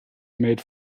made